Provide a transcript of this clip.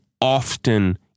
often